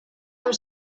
amb